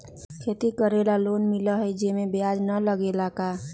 खेती करे ला लोन मिलहई जे में ब्याज न लगेला का?